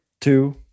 two